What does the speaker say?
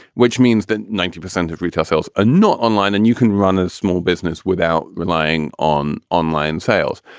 which means that ninety percent of retail sales are not online. and you can run a small business without relying on online sales.